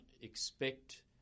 expect